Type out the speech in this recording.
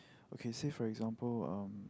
okay say for example um